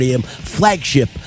Flagship